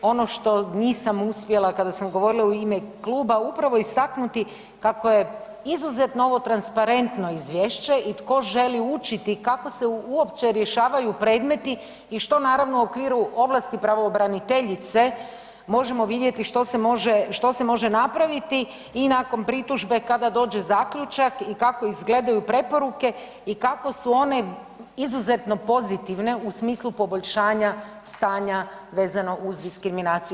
Ono što nisam uspjela kada sam govorila u ime kluba, upravo istaknuti kako je izuzetno ovo transparentno izvješće i tko želi učiti kako se uopće rješavaju predmeti i što naravno u okviru ovlasti pravobraniteljice možemo vidjeti što se može, što se može napraviti i nakon pritužbe kada dođe zaključak i kako izgledaju preporuke i kako su one izuzetno pozitivne u smislu poboljšanja stanja vezano uz diskriminaciju.